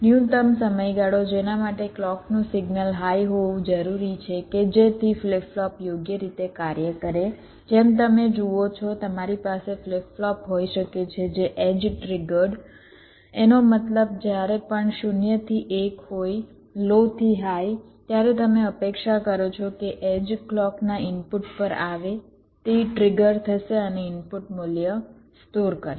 ન્યૂનતમ સમયગાળો જેના માટે ક્લૉકનું સિગ્નલ હાઈ હોવું જરૂરી છે કે જેથી ફ્લિપ ફ્લોપ યોગ્ય રીતે કાર્ય કરે જેમ તમે જુઓ છો તમારી પાસે ફ્લિપ ફ્લોપ હોઈ શકે છે જે એડ્જ ટ્રિગર્ડ એનો મતલબ જ્યારે પણ 0 થી 1 હોય લો થી હાઇ ત્યારે તમે અપેક્ષા કરો છો કે એડ્જ ક્લૉકના ઇનપુટ પર આવે તે ટ્રિગર થશે અને ઇનપુટ મૂલ્ય સ્ટોર કરશે